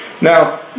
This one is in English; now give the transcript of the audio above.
Now